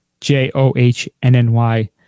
J-O-H-N-N-Y